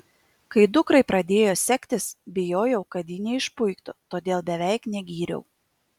kai dukrai pradėjo sektis bijojau kad ji neišpuiktų todėl beveik negyriau